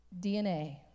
DNA